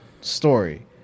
story